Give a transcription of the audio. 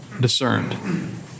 discerned